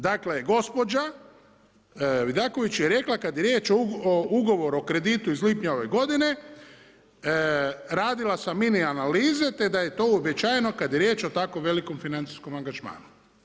Dakle, gospođa Vidaković je rekla, kad je riječ o ugovoru o kreditu iz lipnja ove godine, radila sam mini analize, te da je to uobičajeno, kad je riječ o tako velikom financijskom angažmanu.